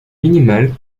minimale